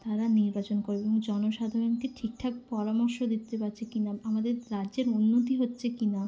তারা নির্বাচন করে এবং জনসাধারণকে ঠিক ঠাক পরামর্শ দিতে পাচ্ছে কি না আমাদের রাজ্যের উন্নতি হচ্ছে কি না